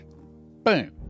Boom